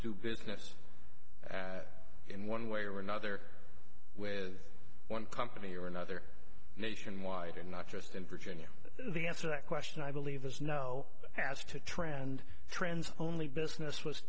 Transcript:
to business in one way or another with one company or another nationwide and not just in virginia the answer that question i believe is no as to trend trends only business was